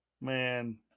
man